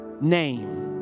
name